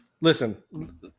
listen